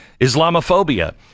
islamophobia